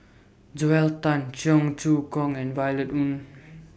Joel Tan Cheong Choong Kong and Violet Oon